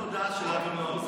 קריאה: מה עם התודעה של אבי מעוז?